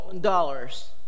dollars